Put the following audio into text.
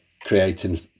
creating